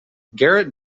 garrett